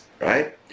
right